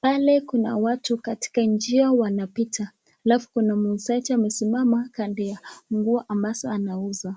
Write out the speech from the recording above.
Pale kuna watu katika njia wanapita alafu kuna muuzaji amesimama kando ya nguo ambazo anauza.